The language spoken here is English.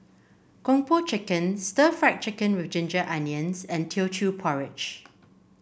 Kung Po Chicken Stir Fried Chicken Ginger Onions and Teochew Porridge